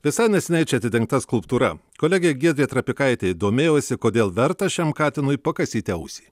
visai neseniai čia atidengta skulptūra kolegė giedrė trapikaitė domėjosi kodėl verta šiam katinui pakasyti ausį